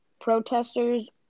protesters